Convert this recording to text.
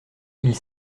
ils